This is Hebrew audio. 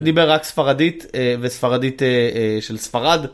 דיבר רק ספרדית וספרדית של ספרד.